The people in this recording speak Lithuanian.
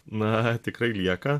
na tikrai lieka